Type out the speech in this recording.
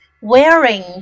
Wearing